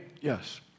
Yes